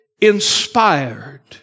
inspired